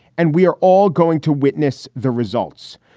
and we are all going to witness the results.